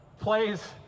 plays